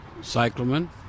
Cyclamen